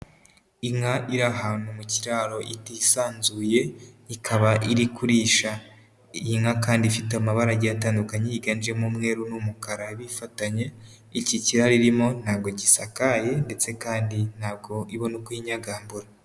Inka iri ahantu mu kiraro itisanzuye ikaba iri kurisha, iyi nka kandi ifite amabara agiye atandukanye yiganjemo umweru n'umukara bifatanye, iki kiraro irimo ntabwo gisakaye ndetse kandi ntabwo ibona uko yinyagambura.